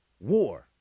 war